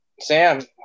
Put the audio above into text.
Sam